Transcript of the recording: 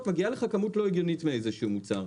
מגיעה אליך כמות לא הגיונית של איזשהו מוצר.